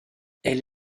elle